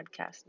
podcast